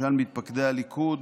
משאל מתפקדי הליכוד,